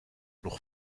nog